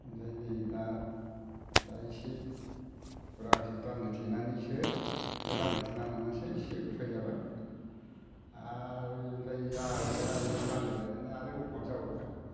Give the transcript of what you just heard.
बिनिफ्राय नै दा दा इसे हुरागासे बान्दो थेनानैसो बे बान्दो थेना लानानैसो एसे उफाय जाबाय आरो बिनिफ्राय जालायबाय आरो बे बान्दो बायनानै आरो अभाब जाबावबाय